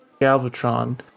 Galvatron